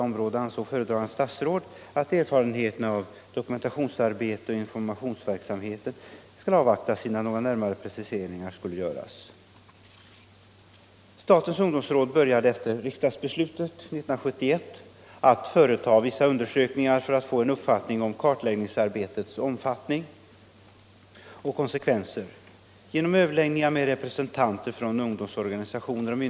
om det arbete som statens ungdomsråd utfört på detta viktiga område.